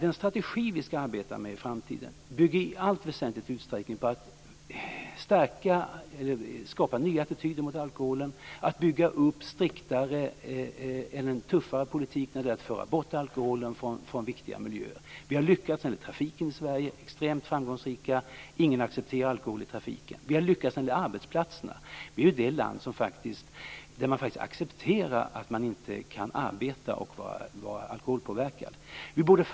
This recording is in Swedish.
Den strategi som vi skall arbeta efter i framtiden bygger i allt väsentligt på att man skall skapa nya attityder till alkoholen, att bygga upp striktare politik när det gäller att föra bort alkoholen från viktiga miljöer. Vi har lyckats i fråga om trafiken i Sverige. Där har vi varit extremt framgångsrika. Ingen accepterar alkohol i trafiken. Och vi har lyckats när det gäller arbetsplatserna. Sverige är det land där man accepterar att man inte kan vara alkoholpåverkad när man arbetar.